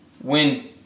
win